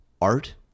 art